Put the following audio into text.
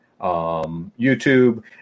YouTube